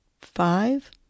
five